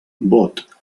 bot